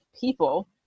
people